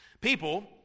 People